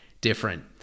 different